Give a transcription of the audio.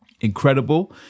incredible